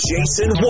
Jason